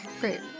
Great